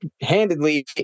handedly